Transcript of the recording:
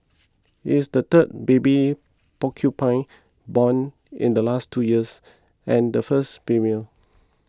it is the third baby porcupine born in the last two years and the first female